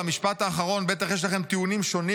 על המשפט האחרון בטח יש לכם טיעונים שונים